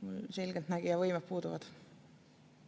Mul selgeltnägija võimed puuduvad.